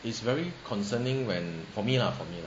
it's very concerning when for me lah for me lah